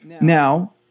Now